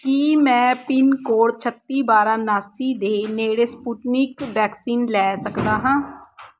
ਕੀ ਮੈਂ pin code ਛੱਤੀ ਬਾਰਾਂ ਉਨਾਸੀ ਦੇ ਨੇੜੇ ਸਪੁਟਨਿਕ ਵੈਕਸੀਨ ਲੈ ਸਕਦਾ ਹਾਂ